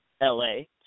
L-A